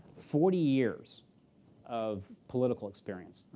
forty years of political experience.